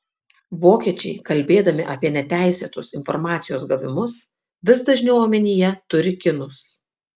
vokiečiai kalbėdami apie neteisėtus informacijos gavimus vis dažniau omenyje turi kinus